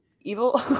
evil